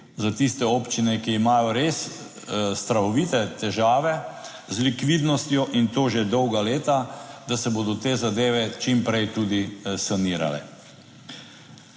za tiste občine, ki imajo res strahovite težave z likvidnostjo in to že dolga leta, da se bodo te zadeve čim prej tudi sanirale.